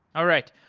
all right.